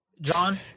john